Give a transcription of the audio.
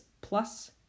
plus